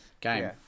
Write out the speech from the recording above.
game